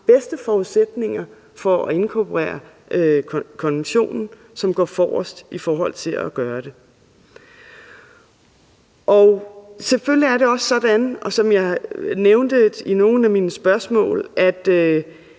bedste forudsætninger for at inkorporere konventionen, som går forrest i forhold til at gøre det. Kl. 22:07 Selvfølgelig er det også sådan, som jeg nævnte i nogle af mine spørgsmål, at